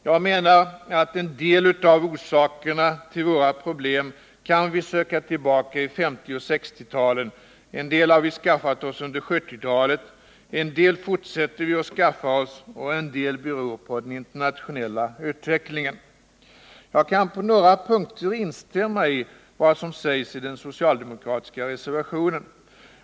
Jag menar att en del av orsakerna till våra problem kan vi söka tillbaka i 1950 och 1960-talen, en del har vi skaffat oss under 1970-talet, en del fortsätter vi att skaffa oss och en del beror på den internationella utvecklingen. Jag kan på några punkter instämma i vad som sägs i den socialdemokratiska reservationen.